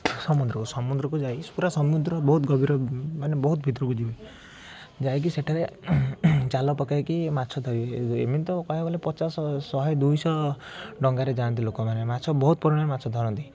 ସମୁଦ୍ରକୁ ସମୁଦ୍ରକୁ ଯାଇ ପୁରା ସମୁଦ୍ର ବହୁତ ଗଭୀର ମାନେ ବହୁତ ଭିତରକୁ ଯିବେ ଯାଇକି ସେଠାରେ ଜାଲ ପକେଇକି ମାଛ ଧରିବେ ଏମିତି ତ କହିବାକୁ ଗଲେ ପଚାଶ ଶହେ ଦୁଇଶହ ଡଙ୍ଗାରେ ଯାଆନ୍ତି ଲୋକମାନେ ମାଛ ବହୁତ ପରିମାଣରେ ମାଛ ଧରନ୍ତି